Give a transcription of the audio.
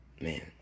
Man